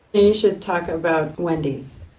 you should talk about wendy's.